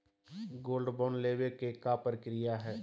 Gold bond लेवे के का प्रक्रिया हई?